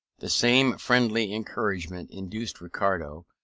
the same friendly encouragement induced ricardo,